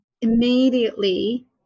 Immediately